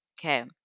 Okay